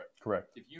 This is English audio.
correct